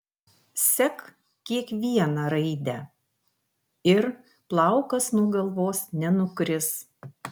sek kiekvieną raidę ir plaukas nuo galvos nenukris